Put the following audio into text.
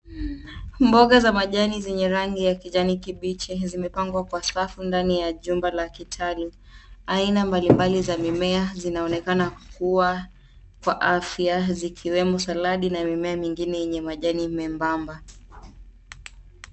Mboga za majani zenye rangi ya kijani kibichi zimepangwa kwa safu ndani ya jumba la kitalu. Aina mbalimbali za mimea zinaonekana kuwa kwa afya, zikiwemo saladi na mimea mingine yenye majani membamba.